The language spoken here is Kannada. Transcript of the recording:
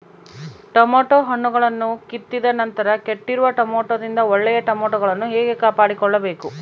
ಟೊಮೆಟೊ ಹಣ್ಣುಗಳನ್ನು ಕಿತ್ತಿದ ನಂತರ ಕೆಟ್ಟಿರುವ ಟೊಮೆಟೊದಿಂದ ಒಳ್ಳೆಯ ಟೊಮೆಟೊಗಳನ್ನು ಹೇಗೆ ಕಾಪಾಡಿಕೊಳ್ಳಬೇಕು?